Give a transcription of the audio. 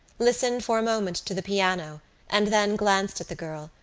listened for a moment to the piano and then glanced at the girl,